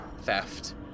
theft